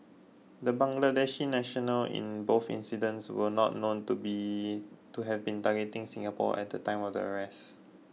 the Bangladeshi national in both incidents were not known to be to have been targeting Singapore at the time of their arrest